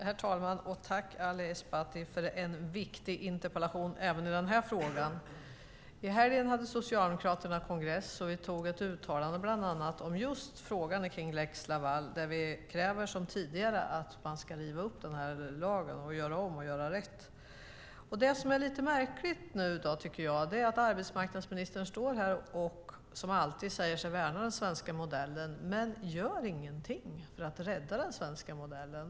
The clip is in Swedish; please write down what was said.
Herr talman! Tack, Ali Esbati, för en viktig interpellation även i den här frågan! I helgen hade Socialdemokraterna kongress. Vi antog ett uttalande bland annat just om frågan om lex Laval. Vi kräver, som tidigare, att man ska riva upp den här lagen och göra om och göra rätt. Det som är lite märkligt nu, tycker jag, är att arbetsmarknadsministern står här och, som alltid, säger sig värna den svenska modellen, men hon gör ingenting för att rädda den svenska modellen.